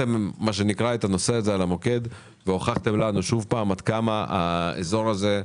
במוקד את הנושא הזה והוכחתם לנו עד כמה האזור הזה,